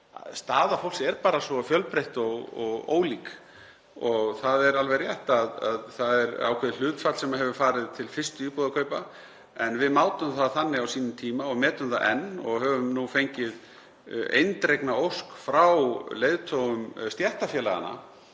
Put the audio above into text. Staða fólks er bara svo fjölbreytt og ólík. Það er alveg rétt að það er ákveðið hlutfall sem hefur farið til fyrstu íbúðarkaupa en við mátum það þannig á sínum tíma og metum það enn — og höfum nú fengið eindregna ósk frá leiðtogum stéttarfélaganna